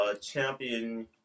champion